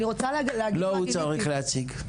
לא הוא צריך להציג.